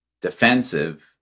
defensive